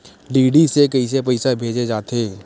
DD से कइसे पईसा भेजे जाथे?